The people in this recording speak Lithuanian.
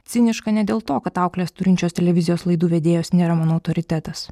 ciniška ne dėl to kad aukles turinčios televizijos laidų vedėjos nėra mano autoritetas